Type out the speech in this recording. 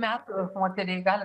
metų moteriai gal